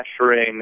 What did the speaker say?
pressuring